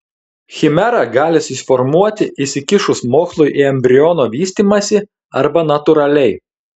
chimera gali susiformuoti įsikišus mokslui į embriono vystymąsi arba natūraliai